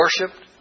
worshipped